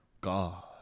God